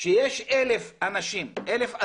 שיש 1,000 אסירים